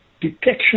detection